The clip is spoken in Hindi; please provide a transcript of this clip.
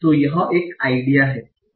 तो यह आइडिया है